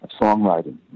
songwriting